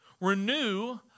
Renew